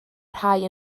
rhai